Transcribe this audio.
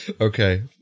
Okay